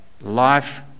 life